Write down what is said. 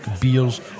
beers